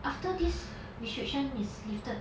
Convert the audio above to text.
after this restriction is lifted